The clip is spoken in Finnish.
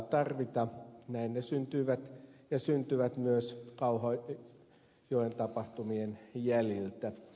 näin ne syntyvät ja syntyvät myös kauhajoen tapahtumien jäljiltä